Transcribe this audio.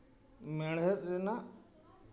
ᱢᱮᱲᱦᱮᱫ ᱨᱮᱱᱟᱜ